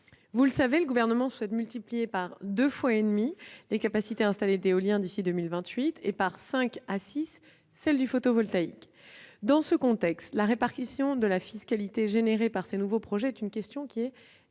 Vous le savez, le Gouvernement souhaite multiplier par deux et demi les capacités installées d'éolien d'ici à 2028 et par cinq à six celles du photovoltaïque. Dans ce contexte, la répartition de la fiscalité liée à ces nouveaux projets est une question essentielle